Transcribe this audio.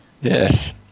Yes